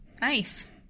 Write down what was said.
Nice